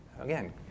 Again